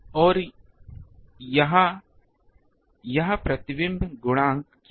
और यह यह प्रतिबिंब गुणांक क्या है